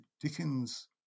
Dickens